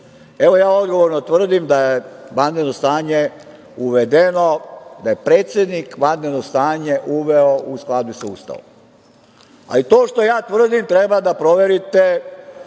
Evo, ja odgovorno tvrdim da je vanredno stanje uvedeno, da je predsednik vanredno stanje uveo u skladu sa Ustavom. A i to što ja tvrdim treba da proverite